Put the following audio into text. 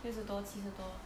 六十多七十多